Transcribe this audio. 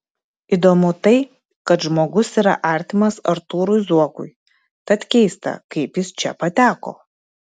įdomu tai kad žmogus yra artimas artūrui zuokui tad keista kaip jis čia pateko